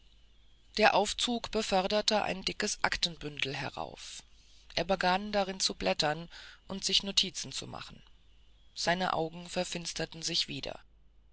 der aufzug beförderte ein dickes aktenbündel herauf er begann darin zu blättern und sich notizen zu machen sein auge verfinsterte sich wieder